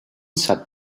sat